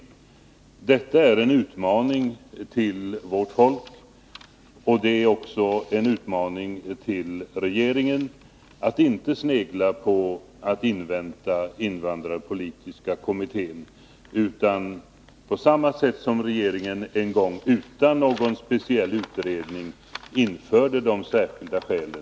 Detta är en utmaning till vårt folk. Det är också en utmaning till regeringen att inte snegla på och invänta invandrarpolitiska kommitténs resultat utan ta bort detta om särskilda skäl, på samma sätt som regeringen en gång utan någon speciell utredning införde bestämmelsen.